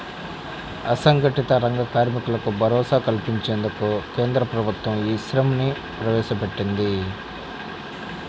అసంఘటిత రంగ కార్మికులకు భరోసా కల్పించేందుకు కేంద్ర ప్రభుత్వం ఈ శ్రమ్ ని ప్రవేశపెట్టింది